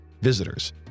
visitors